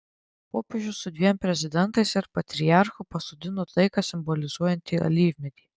popiežius su dviem prezidentais ir patriarchu pasodino taiką simbolizuojantį alyvmedį